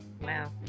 Wow